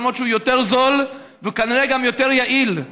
למרות שהוא יותר זול וכנראה גם יותר יעיל.